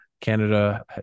Canada